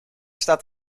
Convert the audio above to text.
staat